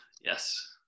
Yes